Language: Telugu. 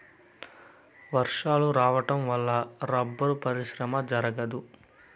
వర్షాలు రావడం వల్ల రబ్బరు పరిశ్రమ జరగదు